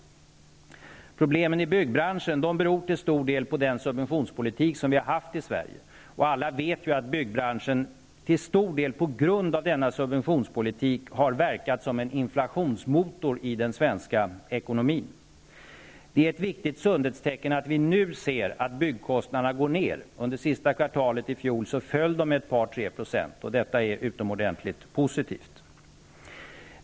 Problemen i byggbranschen beror till stor del på den subventionspolitik vi har haft i Sverige. Alla vet att byggbranschen till stor del på grund av denna subventionspolitik har verkat som en inflationsmotor i den svenska ekonomin. Det är ett viktigt sundhetstecken att byggkostnaderna nu går ner. Under sista kvartalet i fjol föll de med 2--3 %, och det är utomordentligt positivt.